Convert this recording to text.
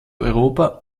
europa